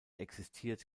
existiert